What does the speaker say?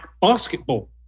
basketball